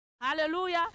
Hallelujah